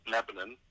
Lebanon